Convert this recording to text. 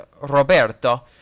Roberto